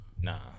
Nah